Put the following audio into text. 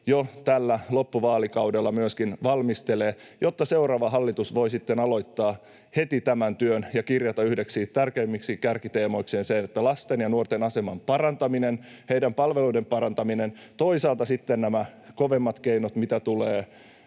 jo tällä loppuvaalikaudella myöskin valmistelee, jotta seuraava hallitus voi sitten aloittaa heti tämän työn ja kirjata yhdeksi tärkeimmäksi kärkiteemakseen lasten ja nuorten aseman parantamisen, heidän palveluidensa parantamisen. Toisaalta ovat sitten nämä kovemmat keinot, mitä tulee